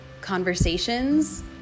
conversations